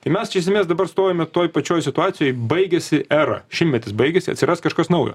tai mes čia esmės dabar stovime toj pačioj situacijoj baigėsi era šimtmetis baigėsi atsiras kažkas naujo